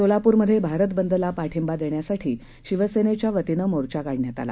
सोलापूरमध्ये भारत बंदला पाठिंबा देण्यासाठी शिवसेनेच्या वतीनं मोर्चा काढण्यात आला